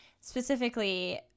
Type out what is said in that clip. Specifically